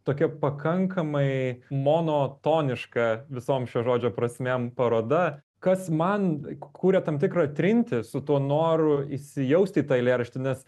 tokia pakankamai monotoniška visom šio žodžio prasmėm paroda kas man kūrė tam tikrą trintį su tuo noru įsijausti į tą eilėraštį nes